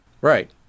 Right